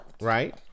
right